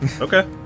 Okay